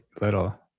little